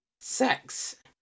Sex